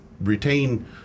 retain